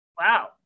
Wow